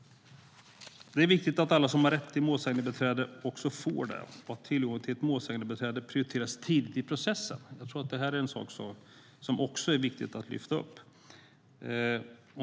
Det är viktigt att alla som har rätt till målsägandebiträde också får det och att tillgång till målsägandebiträde prioriteras tidigt i processen. Jag tror att det är något som är viktigt att lyfta fram.